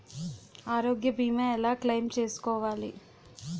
ఆరోగ్య భీమా ఎలా క్లైమ్ చేసుకోవాలి?